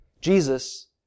Jesus